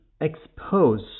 expose